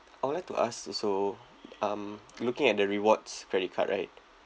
I would like to ask also um looking at the rewards credit card right